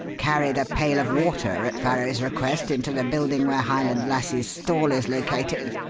carried a pail of water at farrow's request into the building where highland lassie's stall is located,